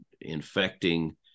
infecting